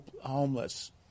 homeless